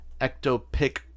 ectopic